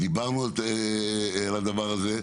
דיברנו על הדבר הזה,